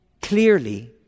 clearly